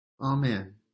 Amen